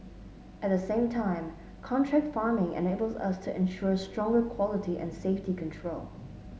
at the same time contract farming enables us to ensure stronger quality and safety control